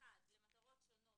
(1)למטרות שונות